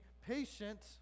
patient